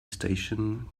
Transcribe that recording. station